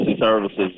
services